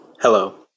Hello